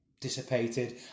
dissipated